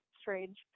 strange